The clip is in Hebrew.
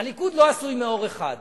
הליכוד לא עשוי מעור אחד.